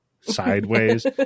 sideways